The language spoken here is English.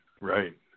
Right